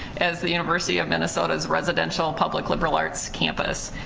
as the university of minnesota's residential public liberal arts campus.